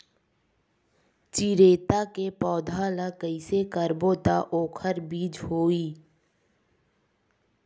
चिरैता के पौधा ल कइसे करबो त ओखर बीज होई?